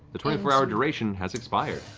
the twenty four hour duration has expired.